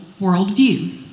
worldview